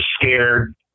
scared